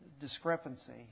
discrepancy